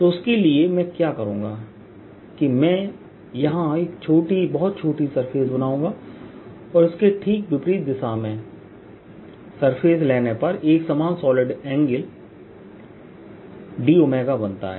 तो उसके लिए मैं क्या करूँगा कि मैं यहाँ एक बहुत छोटी सरफेस बनाऊँगा और इसके ठीक विपरीत दिशा में सरफेस लेने पर एकसमान सॉलि़ड एंगिल d बनता है